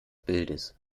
bildes